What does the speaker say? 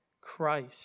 Christ